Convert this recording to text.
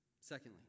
Secondly